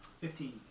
Fifteen